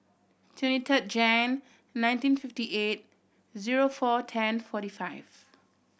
twenty third Jan nineteen fifty eight zero four ten forty five